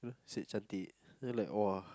said cantik then I like !wah!